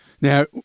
Now